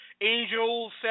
angels